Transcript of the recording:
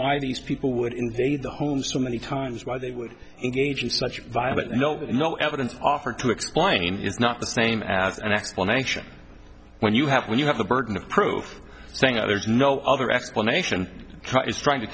why these people would invade the home so many times why they would engage in such a violent no no evidence offered to explain is not the same as an explanation when you have when you have the burden of proof saying that there's no other explanation is trying to